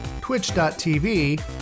twitch.tv